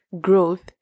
growth